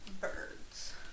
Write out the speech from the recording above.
birds